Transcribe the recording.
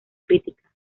crítica